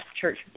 church